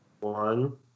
One